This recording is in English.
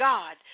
God